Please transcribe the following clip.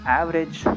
average